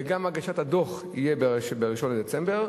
וגם הגשת הדוח תהיה ב-1 בדצמבר,